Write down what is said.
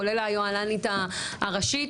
כולל היוהל"נית הראשית,